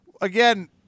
Again